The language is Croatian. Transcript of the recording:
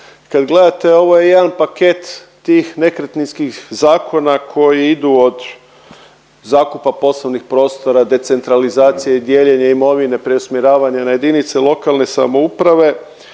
Kad gledate ovo je jedan paket tih nekretninskih zakona koji idu od zakupa poslovnih prostora, decentralizacije i dijeljenja imovine, preusmjeravanje na jedinice lokalne samouprave,